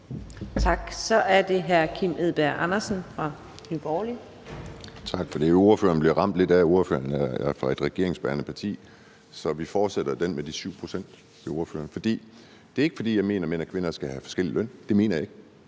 Kl. 15:13 Kim Edberg Andersen (NB): Tak for det. Ordføreren bliver ramt lidt af at være fra et regeringsbærende parti, så vi fortsætter med spørgsmålet om de 7 pct. Det er ikke, fordi jeg mener, at mænd og kvinder skal have forskellig løn, for det mener jeg ikke,